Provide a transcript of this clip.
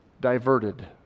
diverted